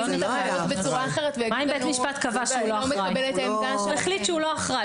שהוא לא אחראי?